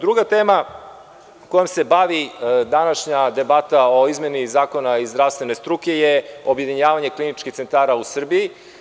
Druga tema kojom se bavi današnja debata o izmeni zakona iz zdravstvene struke je objedinjavanje kliničkih centara u Srbiji.